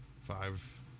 five